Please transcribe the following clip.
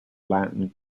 latin